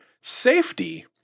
safety